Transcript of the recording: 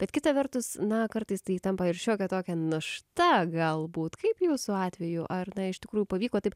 bet kita vertus na kartais tai tampa ir šiokia tokia našta galbūt kaip jūsų atveju ar na iš tikrųjų pavyko taip